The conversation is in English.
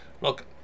Look